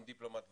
אתם חברי כנסת,